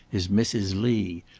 is mrs. lee,